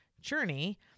journey